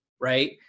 Right